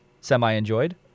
semi-enjoyed